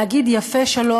להגיד יפה שלום,